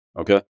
okay